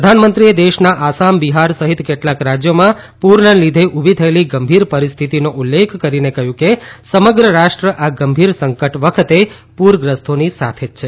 પ્રધાનમંત્રીએ દેશના આસામ બિહાર સહિત કેટલાક રાજ્યોમાં પૂરના લીધે ઉભી થયેલી ગંભીર પરિસ્થિતિનો ઉલ્લેખ કરીને કહ્યું કે સમગ્ર રાષ્ટ્ર આ ગંભીર સંકટ વખતે પૂરગ્રસ્તોની સાથે જ છે